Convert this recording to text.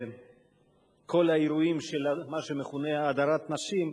מכל האירועים של מה שמכונה "הדרת נשים".